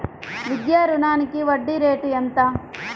విద్యా రుణానికి వడ్డీ రేటు ఎంత?